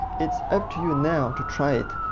it's up to you and now to try it.